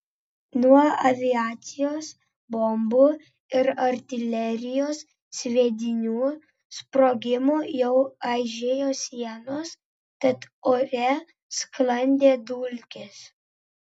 nuo aviacijos bombų ir artilerijos sviedinių sprogimų jau aižėjo sienos tad ore sklandė dulkės